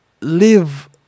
live